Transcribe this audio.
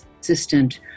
assistant